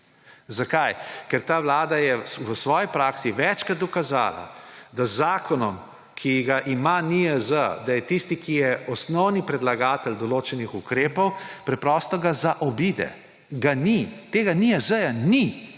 Zakaj? Ker ta vlada je v svoji praksi večkrat dokazala, da z zakonom, ki ga ima NIJZ, da je tisti, ki je osnovni predlagatelj določenih ukrepov, ga preprosto zaobide, ga ni. Tega NIJZ ni.